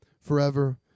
forever